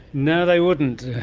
no, they wouldn't.